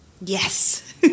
Yes